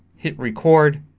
hit record.